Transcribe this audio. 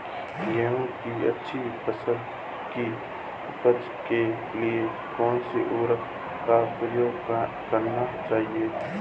गेहूँ की अच्छी फसल की उपज के लिए कौनसी उर्वरक का प्रयोग करना चाहिए?